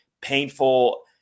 painful